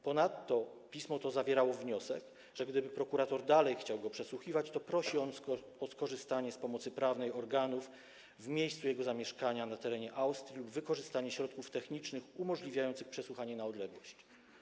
Ponadto pismo to zawierało wniosek, że gdyby prokurator dalej chciał go przesłuchiwać, to prosi on o skorzystanie z pomocy prawnej organów w miejscu jego zamieszkania na terenie Austrii, z wykorzystaniem środków technicznych umożliwiających przesłuchanie na odległość.